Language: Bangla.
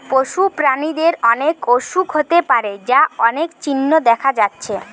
পশু প্রাণীদের অনেক অসুখ হতে পারে যার অনেক চিহ্ন দেখা যাচ্ছে